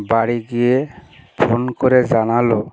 বাড়ি গিয়ে ফোন করে জানালো